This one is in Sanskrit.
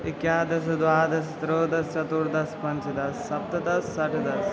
एकादश द्वादश त्रयोदश चतुर्दश पञ्चदश सप्तदश षट् दश